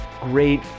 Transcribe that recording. great